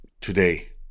today